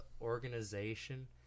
organization